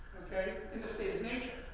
okay? in a state of nature.